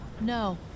No